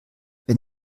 wenn